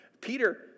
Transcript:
Peter